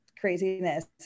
craziness